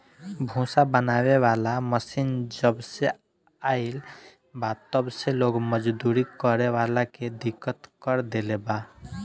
भूसा बनावे वाला मशीन जबसे आईल बा तब से लोग मजदूरी करे वाला के दिक्कत कर देले बा